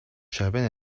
شبه